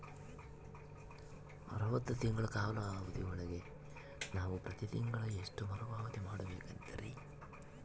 ಅರವತ್ತು ತಿಂಗಳ ಕಾಲಾವಧಿ ಒಳಗ ನಾವು ಪ್ರತಿ ತಿಂಗಳು ಎಷ್ಟು ಮರುಪಾವತಿ ಮಾಡಬೇಕು ಅಂತೇರಿ?